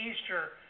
Easter